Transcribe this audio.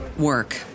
Work